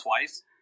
Twice